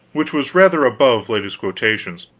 which was rather above latest quotations.